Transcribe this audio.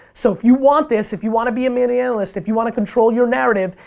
so, if you want this, if you want to be a media analyst, if you want to control your narrative,